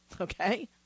okay